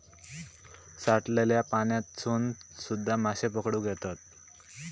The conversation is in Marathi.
साठलल्या पाण्यातसून सुध्दा माशे पकडुक येतत